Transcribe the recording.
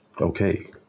Okay